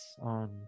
on